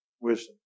Wisdom